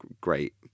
great